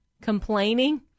complaining